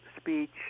speech